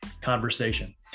conversation